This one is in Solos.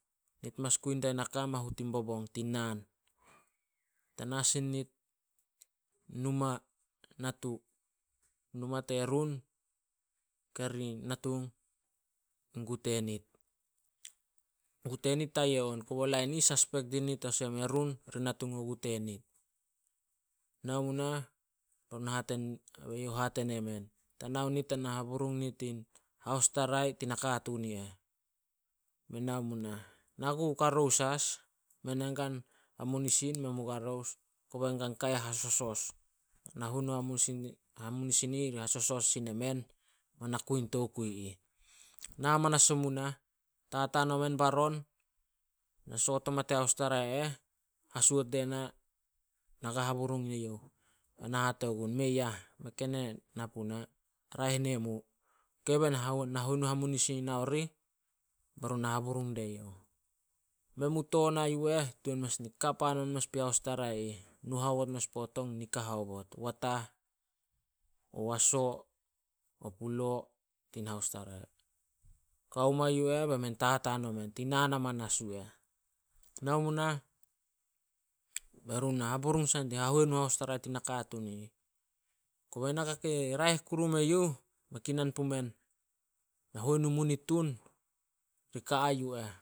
Nit mas kui dia naka mahu tin bobong, tin naan. Tana sin nit numa natu. Numa terun kari natung in gu tenit. Gu tenit tayia on, kobo lain i ih suspect di nit olsem erun di natung o gu tenit. Nao mu nah bai youh hate nemen, "Ta nao nit, tana haburung nit in haus tarai tin nakatuun i eh. Men nao mu nah, na ku karous as. Men ain gan hanunisin, men me garous, kobei kan ka hasosos. Nahuenu in hamunisin- hamunisin i ih ri hasosos sin emen ma na kui in tokui ih. Na manas omu na, tataan omen baron, na soot oma tin haustarai eh. Hasuot die na ka na haburung eyouh. Bai na hate gun, "Mei ah, mei ken na puna. Raeh nemu." Ok, bei nahuenu hamunisin nao rih be run na haburung die youh. Men mu toon yu eh tuan ni kap hanon mes pui haustarai ih. Nu haobot mes puo tong nika haobot, watah, o waso, o pulo tin haustarai. Kao ma yu eh, be men tataan omen, tin naan amanas yu eh. Nao mu nah be run haburung sai din hahuenu in haustarai tin nakatuun i ih. Kobe naka kei raeh kuru meyuh, mei kinan pumen nahuenu munitun ri ka a yu eh.